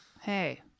Hey